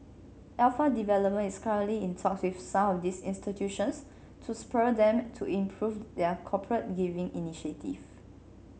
Alpha Development is currently in talks with some of these institutions to spur them to improve their corporate giving initiatives